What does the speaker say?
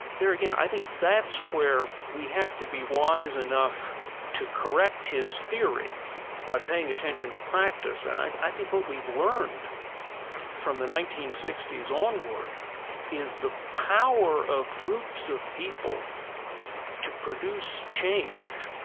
there again, i think that's where we have to be wise enough to correct his theory by paying attention to practice and i i think what we've learned from the nineteen sixty s onward is the power of groups of people to produce change.